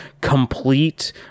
complete